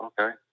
Okay